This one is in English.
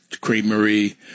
creamery